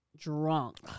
drunk